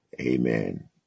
Amen